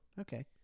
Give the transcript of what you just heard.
Okay